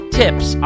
tips